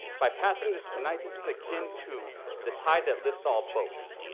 by passing this tonight, this is akin to the tide that lifts all boats.